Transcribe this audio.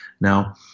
Now